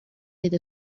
عید